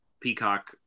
peacock